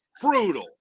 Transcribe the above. brutal